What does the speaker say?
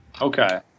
Okay